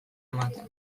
ematen